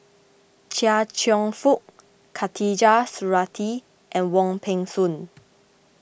Chia Cheong Fook Khatijah Surattee and Wong Peng Soon